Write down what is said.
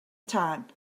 tân